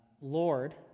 Lord